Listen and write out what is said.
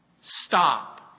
stop